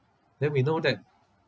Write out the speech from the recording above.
then we know that